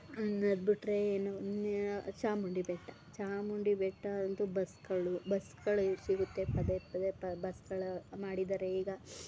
ಇನ್ನು ಅದ್ಬಿಟ್ರೆ ಏನು ನ್ಯಾ ಚಾಮುಂಡಿ ಬೆಟ್ಟ ಚಾಮುಂಡಿ ಬೆಟ್ಟ ಅಂತು ಬಸ್ಗಳು ಬಸ್ಗಳು ಸಿಗುತ್ತೆ ಪದೆ ಪದೇ ಪ ಬಸ್ಗಳು ಮಾಡಿದಾರೆ ಈಗ